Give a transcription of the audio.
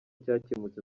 cyakemutse